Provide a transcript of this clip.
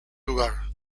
lugar